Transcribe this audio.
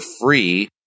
free